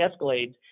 Escalades